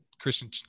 Christian